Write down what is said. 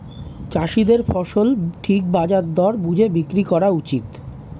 চাষীদের ফসল ঠিক বাজার দর বুঝে বিক্রি করা উচিত